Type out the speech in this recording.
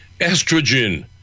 estrogen